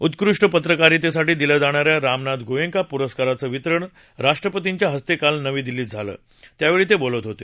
उत्कृष्ट पत्रकारितेसाठी दिल्या जाणाऱ्या रामनाथ गोएंका पुरस्काराचं वितरण राष्ट्रपतींच्या हस्ते काल नवी दिल्लीत झालं त्यावेळी ते बोलत होते